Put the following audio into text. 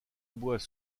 bois